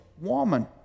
woman